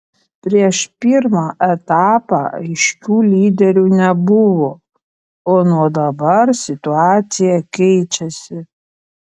prieš pirmą etapą aiškių lyderių nebuvo o nuo dabar situacija keičiasi